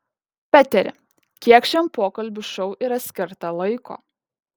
peteri kiek šiam pokalbių šou yra skirta laiko